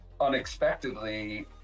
unexpectedly